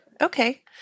Okay